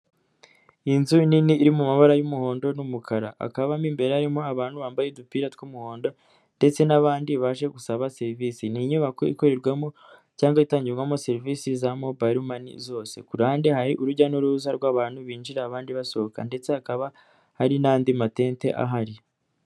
Inzu nini iri mu mabara y'umuhondo n'umukara, akaba mo imbere harimo abantu bambaye udupira tw'umuhondo ndetse n'abandi baje gusaba serivisi, ni inyubako ikorerwamo cyangwa itangirwamo serivisi za mobayiro mani zose, ku ruhande hari urujya n'uruza rw'abantu binjira abandi basohoka ndetse hakaba hari n'andi matente ahari.